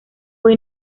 fue